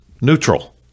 neutral